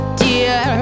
dear